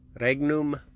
regnum